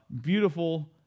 beautiful